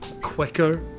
quicker